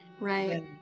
right